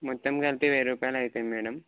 మొత్తం కలిపి వెయ్యి రూపాయలు అవుతాయి మేడమ్